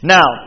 Now